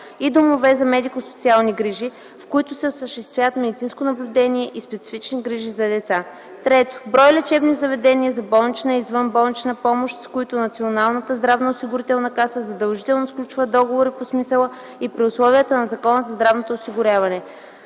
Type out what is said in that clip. и домове за медико-социални грижи, в които се осъществяват медицинско наблюдение и специфични грижи за деца; 3. брой лечебни заведения за болнична и извънболнична помощ, с които Националната здравноосигурителна каса задължително сключва договори по смисъла и при условията на Закона за здравното осигуряване;